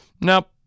Nope